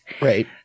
Right